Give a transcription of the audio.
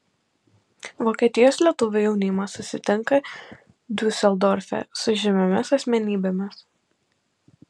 vokietijos lietuvių jaunimas susitinka diuseldorfe su žymiomis asmenybėmis